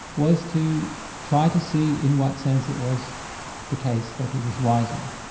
was to try to see in what sense it was the case that he was wiser.